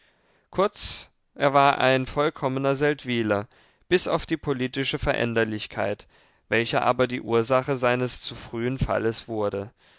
kurz er war ein vollkommener seldwyler bis auf die politische veränderlichkeit welche aber die ursache seines zu frühen falles wurde